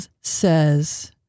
says